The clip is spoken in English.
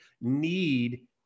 need